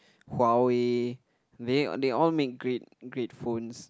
Huawei they they all make great great phones